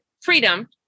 freedom